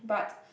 but